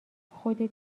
خودت